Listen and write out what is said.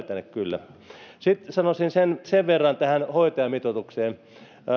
tänne kyllä sitten sanoisin sen verran tähän hoitajamitoitukseen että